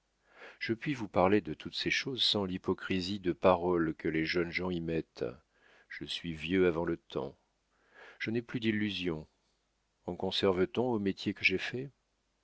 je puis vous parler de toutes ces choses sans l'hypocrisie de paroles que les jeunes gens y mettent je suis vieux avant le temps je n'ai plus d'illusions en conserve t on au métier que j'ai fait